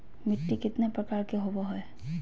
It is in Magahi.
मिट्टी केतना प्रकार के होबो हाय?